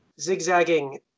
zigzagging